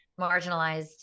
marginalized